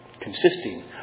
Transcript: consisting